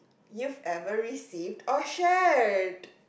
you've ever received or shared